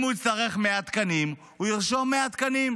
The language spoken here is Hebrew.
אם הוא יצטרך 100 תקנים, הוא ירשום 100 תקנים.